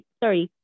sorry